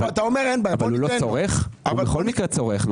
אתה אומר- - אבל הוא בכל מקרה צורך.